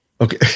Okay